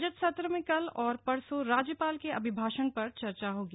budget सत्र में कल और परसो राज्यपाल के अभिभाषण पर चर्चा होगी